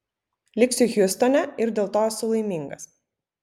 liksiu hjustone ir dėl to esu laimingas